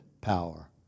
power